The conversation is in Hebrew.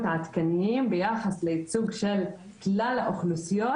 העדכניים ביחס לייצוג של כלל האוכלוסיות,